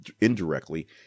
indirectly